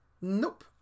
Nope